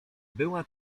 była